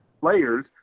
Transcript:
players